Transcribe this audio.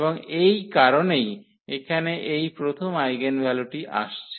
এবং এই কারণেই এখানে এই প্রথম আইগেনভ্যালুটি আসছে